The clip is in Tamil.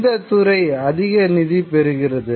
எந்தத் துறை அதிக நிதி பெறுகிறது